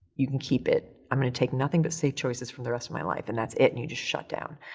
you can keep it. i'm gonna take nothing but safe choices for the rest of my life, and that's it and you just shut down.